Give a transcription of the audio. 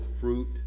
fruit